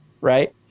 Right